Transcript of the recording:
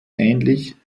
ähnlich